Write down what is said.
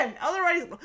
Otherwise